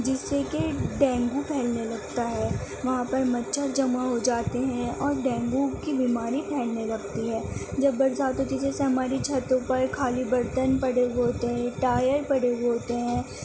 جس سے کہ ڈینگو پھیلنے لگتا ہے وہاں پر مچھر جمع ہو جاتے ہیں اور ڈینگو کی بیماری پھیلنے لگتی ہے جب برسات ہوتی ہے جیسے ہمارے چھتوں پر خالی برتن پڑے ہوئے ہوتے ہیں ٹایر پڑے ہوئے ہوتے ہیں